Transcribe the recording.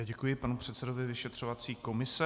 Děkuji panu předsedovi vyšetřovací komise.